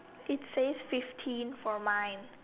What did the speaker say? it says fifteen for mine